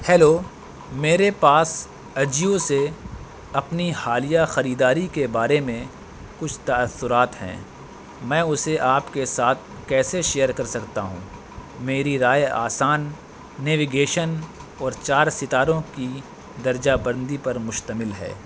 hello میرے پاس اجیو سے اپنی حالیہ خریداری کے بارے میں کچھ تاثرات ہیں میں اسے آپ کے ساتھ کیسے شیئر کر سکتا ہوں میری رائے آسان نیویگیشن اور چار ستاروں کی درجہ بندی پر مشتمل ہے